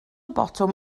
botwm